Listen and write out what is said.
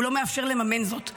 הוא לא מאפשר לממן זאת.